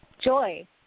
Joy